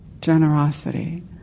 generosity